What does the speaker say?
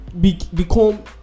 become